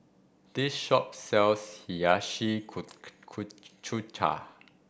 this shop sells Hiyashi Chuka